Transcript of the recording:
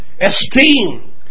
esteem